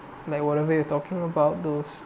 like whatever you're talking about those